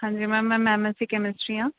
ਹਾਂਜੀ ਮੈਮ ਮੈਂ M S C chemistry ਹਾਂ